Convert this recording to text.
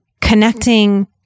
connecting